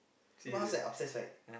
so my house like upstairs right